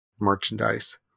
merchandise